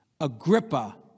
Agrippa